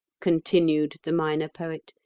continued the minor poet,